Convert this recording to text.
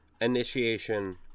initiation